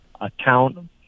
account